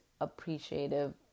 appreciative